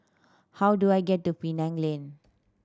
how do I get to Penang Lane